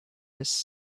his